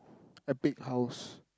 epic house